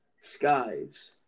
Skies